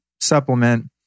supplement